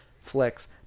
Flex